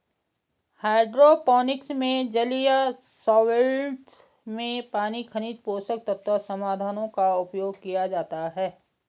hydroponics में जलीय solvents में पानी खनिज पोषक तत्व समाधानों का उपयोग किया जाता है